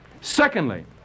Secondly